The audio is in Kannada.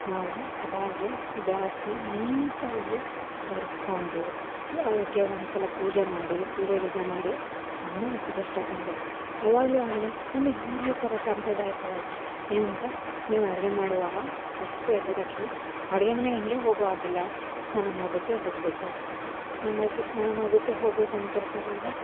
ನಾವು ಯಾವಾಗಲೂ ಗ್ಯಾಸನ್ನ ನೀಟಾಗಿ ಒರೆಸ್ಕೊಂಡು ಅದಕ್ಕೆ ಒಂದು ಸಲ ಪೂಜೆ ಮಾಡಿ ಪೂಜೆ ಗೀಜಾ ಮಾಡಿ ಆಮೇಲೆ ಅಡುಗೆ ಶ್ಟಾಟ್ ಮಾಡಬೇಕು ಯಾವಾಗಲೂ ಅಡುಗೆ ಮುಂದೆ ಹಿರಿಯರು ಹೇಳ್ತಾರೆ ಸಾಂಪ್ರದಾಯಿಕವಾಗಿ ಏನಂತ ನೀವು ಅಡುಗೆ ಮಾಡುವಾಗ ಫಸ್ಟು ಎದ್ದ ತಕ್ಷಣ ಅಡುಗೆ ಮನೆಗೆ ಹಾಗೆ ಹೋಗೊ ಹಾಗಿಲ್ಲ ಸ್ನಾನ ಮಾಡಿಬಿಟ್ಟೆ ಹೋಗಬೇಕು ಅಂತ ಹಾಗಾಗಿ ಸ್ನಾನ ಮಾಡ್ಬಿಟ್ಟು ಹೋಗ್ಬೇಕಂತಿರ್ತಾರೆ ಅಲ್ವ